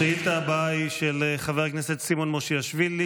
השאילתה הבאה היא של חבר הכנסת סימון מושיאשוילי,